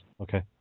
Okay